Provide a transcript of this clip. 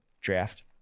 draft